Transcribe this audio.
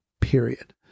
period